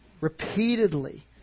repeatedly